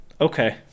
Okay